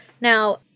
Now